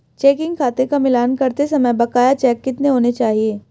Checking खाते का मिलान करते समय बकाया चेक कितने होने चाहिए?